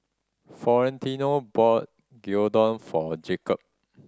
Florentino bought Gyudon for Jacob